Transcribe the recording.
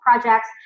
projects